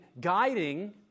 guiding